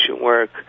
work